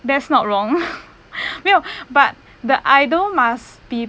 that's not wrong 没有 but the idol must be